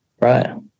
Right